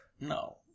No